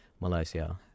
Malaysia